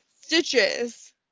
stitches